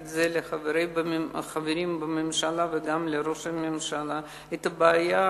הצגתי לחברים בממשלה וגם לראש הממשלה את הבעיה